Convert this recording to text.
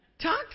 Talk